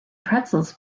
pretzels